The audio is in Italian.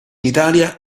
italia